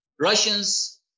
Russians